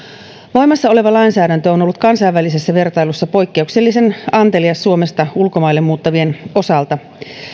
voimassa oleva lainsäädäntö on ollut kansainvälisessä vertailussa poikkeuksellisen antelias suomesta ulkomaille muuttavien osalta